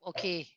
Okay